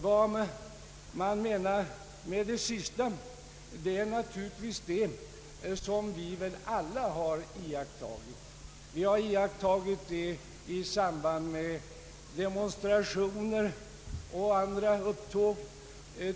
Vad lärarna menar med detta sista är naturligtvis det som vi väl alla har iakttagit. Vi har iakttagit det i samband med demonstrationer och andra upptåg.